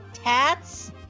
tats